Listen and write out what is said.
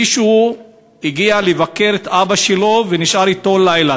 מישהו הגיע לבקר את אבא שלו ונשאר אתו בלילה,